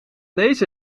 deze